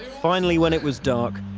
finally when it was dark,